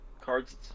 cards